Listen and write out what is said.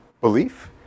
belief